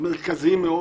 מרכזיים מאוד.